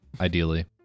ideally